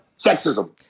sexism